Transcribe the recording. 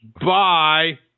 Bye